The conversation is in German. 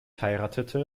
heiratete